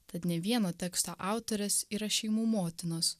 tad ne vieno teksto autorės yra šeimų motinos